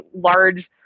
large